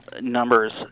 numbers